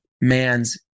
man's